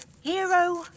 Hero